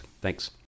Thanks